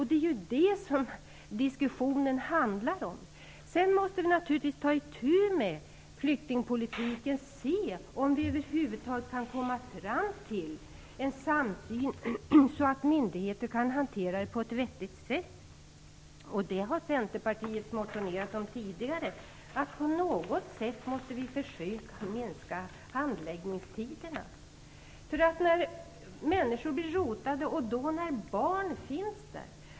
Det är detta som diskussionen handlar om. Sedan måste vi naturligtvis ta itu med flyktingpolitiken och se om vi över huvud taget kan komma fram till en samsyn så att myndigheterna kan hantera detta på ett vettigt sätt. Det har Centerpartiet motionerat om tidigare. På något sätt måste vi försöka minska handläggningstiderna. Människor blir rotade här, och det gäller framför allt barn.